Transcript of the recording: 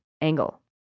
angle